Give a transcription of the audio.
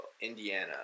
Indiana